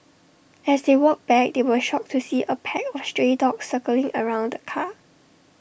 as they walked back they were shocked to see A pack of stray dogs circling around the car